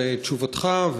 על תשובתך.